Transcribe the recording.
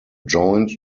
joint